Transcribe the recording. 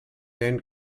then